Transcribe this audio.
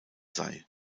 sei